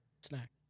snack